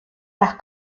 las